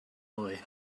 nwy